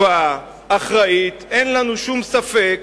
טובה, אחראית, אין לנו שום ספק